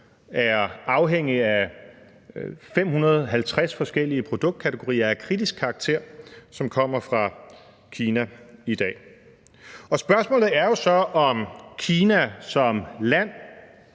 er afhængige af 550 forskellige produktkategorier af kritisk karakter, som kommer fra Kina i dag. Spørgsmålet er jo så, om Kina som land,